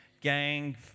gang